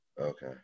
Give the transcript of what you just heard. Okay